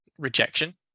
rejection